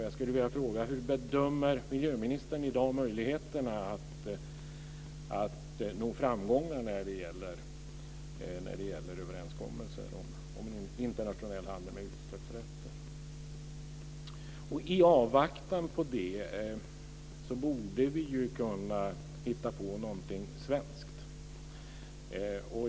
Jag skulle vilja fråga: Hur bedömer miljöministern i dag möjligheterna att nå framgångar när det gäller överenskommelser om en internationell handel med utsläppsrätter? I avvaktan på det borde vi kunna hitta på någonting svenskt.